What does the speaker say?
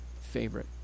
favorite